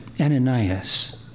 Ananias